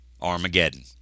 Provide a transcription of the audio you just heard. Armageddon